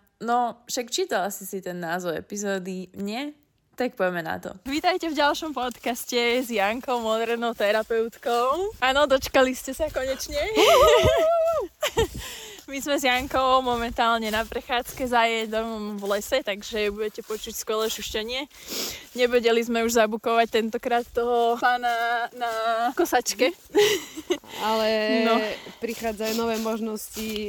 No, však čítala si si ten názov epizódy, nie? Tak poďme na to. Vítajte v ďalšom podcaste s Jankou, modernou terapeutkou. Áno, dočkali ste sa konečne. Uhu! My sme s Jankou momentálne na prechádzke za jej domom v lese, takže budete počuť skvelé šušťanie. Nevedeli sme už zabukovať tentokrát toho pána na kosačke. Mhm. Ale No. prichádzajú nové možnosti